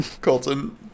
Colton